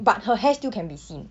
but her hair still can be seen